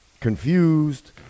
confused